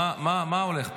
מה הולך פה?